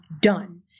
done